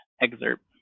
excerpt